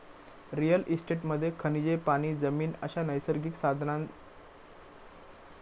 real इस्टेटमध्ये खनिजे, पाणी, जमीन अश्या नैसर्गिक संसाधनांचो समावेश होता, असा रामू सांगा होतो